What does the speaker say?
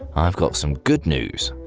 i've got some good news,